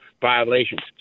violations